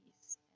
peace